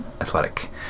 athletic